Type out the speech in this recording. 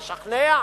לשכנע.